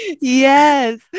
Yes